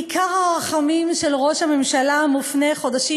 עיקר הרחמים של ראש הממשלה מופנים חודשים